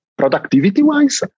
Productivity-wise